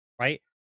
Right